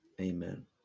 Amen